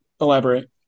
elaborate